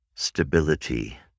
stability